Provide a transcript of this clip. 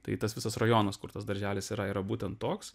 tai tas visas rajonas kur tas darželis yra yra būtent toks